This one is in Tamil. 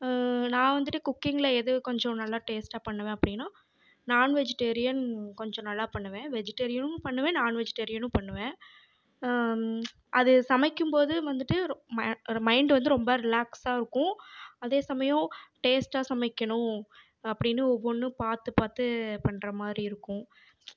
நான் வந்துட்டு குக்கிங்ல எது கொஞ்சம் நல்ல டேஸ்ட்டாக பண்ணுவேன் அப்படினா நாண்வெஜிடேரியன் கொஞ்சம் நல்லா பண்ணுவேன் வெஜிடேரியனும் பண்ணுவேன் நான்வெஜிடேரியனும் பண்ணுவேன் அது சமைக்கும் போது வந்துட்டு ஒரு ம ஒரு மைண்ட் வந்து ரொம்ப ரிலாக்ஸ்ஸாக இருக்கும் அதே சமயம் டேஸ்ட்டாக சமைக்கணும் அப்படின்னு ஒவ்வொன்றும் பார்த்து பார்த்து பண்ணுற மாதிரி இருக்கும்